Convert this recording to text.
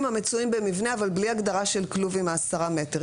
המצויים במבנה אבל בלי הגדרה של כלוב עם עשרה מטרים.